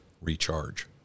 Recharge